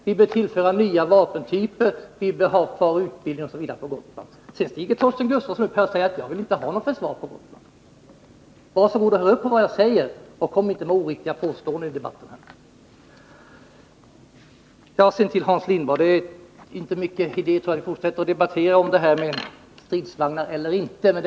Vi bör tillföra nya vapentyper. Vi bör ha kvar utbildning osv. på Gotland. Sedan stiger Torsten Gustafsson upp här och säger att jag inte vill ha något försvar på Gotland. Var så god och hör på vad jag säger och kom inte med oriktiga påståenden i debatten här! Till Hans Lindblad vill jag säga att jag tror inte att det är mycket idé att vi fortsätter att debattera frågan om vi skall ha stridsvagnsförband på Gotland eller inte.